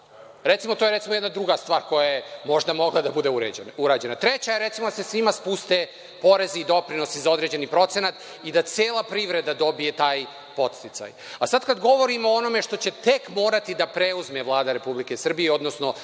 Recimo to je jedna druga stvar koja je možda mogla da bude urađena. Treća je da se svima spuste porezi i doprinosi za određeni procenat i da cela privreda dobije taj podsticaj. Sad kad govorimo o onome što će tek morati da preuzme Vlada RS, odnosno,